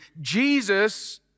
Jesus